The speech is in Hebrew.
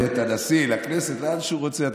לבית הנשיא, לכנסת, לאן שהוא רוצה.